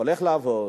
הולך לעבוד,